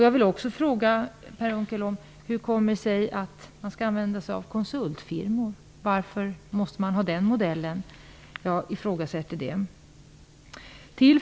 Jag vill också fråga Per Unckel hur det kommer sig att man skall använda konsultfirmor på detta område. Jag ifrågasätter det lämpliga i att använda den modellen.